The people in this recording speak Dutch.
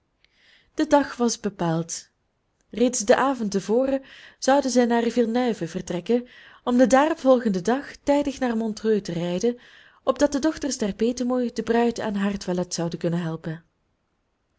de dag was bepaald reeds den avond te voren zouden zij naar villeneuve vertrekken om den daarop volgenden dag tijdig naar montreux te rijden opdat de dochters der petemoei de bruid aan haar toilet zouden kunnen helpen